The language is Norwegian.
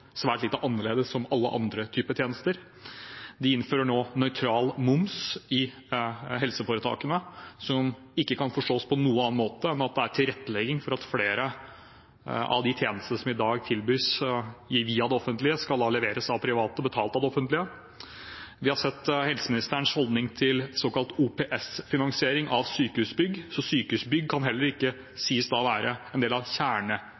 svært lite annerledes enn alle andre typer tjenester. De innfører nå nøytral moms i helseforetakene, som ikke kan forstås på noen annen måte enn at det er tilrettelegging for at flere av de tjenestene som i dag tilbys via det offentlige, skal leveres av det private, betalt av det offentlige. Vi har sett helseministerens holdning til såkalt OPS-finansiering av sykehusbygg, så sykehusbygg kan da heller ikke sies å være en del av